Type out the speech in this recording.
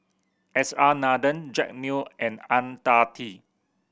S R Nathan Jack Neo and Ang Tee